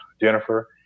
Jennifer